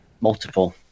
multiple